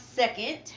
Second